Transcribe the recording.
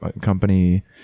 company